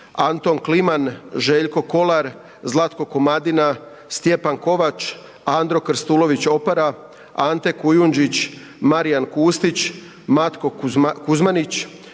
Anton Kliman, Željko Kolar, Zlatko Komadina, Stjepan Kovač, Andro Krstulović Opara, Ante Kujundžić, Marijan Kustić, Matko Kuzmanić,